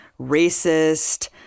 racist